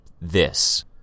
this